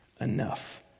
enough